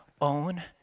own